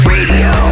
Radio